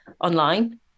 online